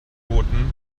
booten